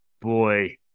boy